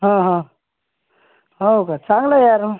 हां हां हो का चांगलं आहे यार